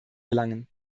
gelangen